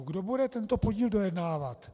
Kdo bude tento podíl dojednávat?